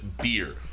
beer